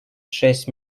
шесть